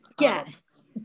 Yes